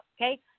okay